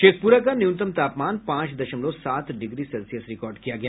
शेखप्रा का न्यूनतम तापमान पांच दशमलव सात डिग्री सेल्सियस रिकार्ड किया गया